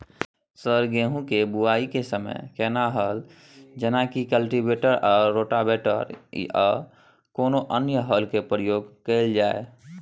Sir गेहूं के बुआई के समय केना हल जेनाकी कल्टिवेटर आ रोटावेटर या कोनो अन्य हल के प्रयोग कैल जाए?